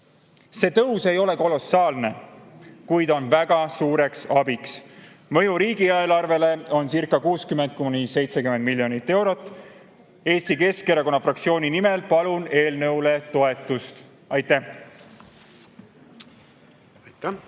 See tõus ei ole kolossaalne, kuid on väga suur abi. Mõju riigieelarvele oncirca60–70 miljonit eurot. Eesti Keskerakonna fraktsiooni nimel palun eelnõule toetust. Aitäh!